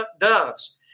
doves